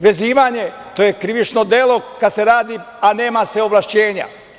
Vezivanje, to je krivično delo, kada se radi a nema se ovlašćenja.